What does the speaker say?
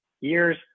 years